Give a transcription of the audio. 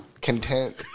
Content